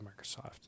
Microsoft